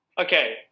Okay